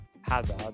Hazard